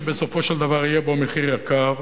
שבסופו של דבר יהיה בו מחיר יקר,